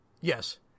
Yes